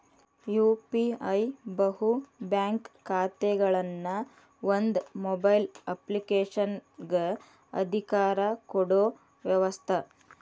UPI ಬಹು bank ಖಾತೆಗಳನ್ನ ಒಂದ ಮೊಬೈಲ್ ಅಪ್ಲಿಕೇಶನಗ ಅಧಿಕಾರ ಕೊಡೊ ವ್ಯವಸ್ತ